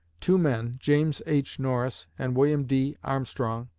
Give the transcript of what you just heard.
two men, james h. norris and william d. armstrong,